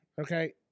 Okay